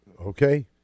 Okay